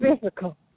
physical